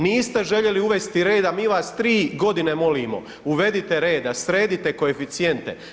Niste željeli uvesti reda, vi vas 3 godine molimo, uvedite reda, sredite koeficijente.